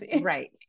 Right